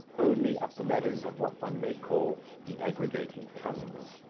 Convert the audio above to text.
only up the ladders of what one may call the aggregating tongues.